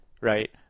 right